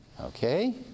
Okay